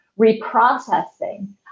reprocessing